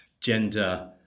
gender